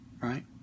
Right